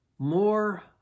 more